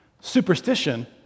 Superstition